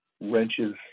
wrenches